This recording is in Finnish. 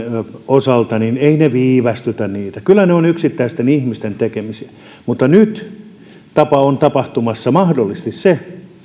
osalta viivästytä niitä kyllä ne ovat yksittäisten ihmisten tekemisiä mutta nyt on tapahtumassa mahdollisesti se